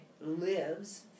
lives